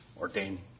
ordain